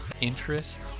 interest